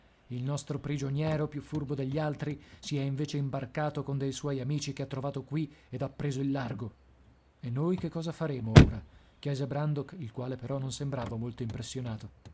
il nostro prigioniero più furbo degli altri si è invece imbarcato con dei suoi amici che ha trovato qui ed ha preso il largo e noi che cosa faremo ora chiese brandok il quale però non sembrava molto impressionato